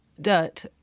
dirt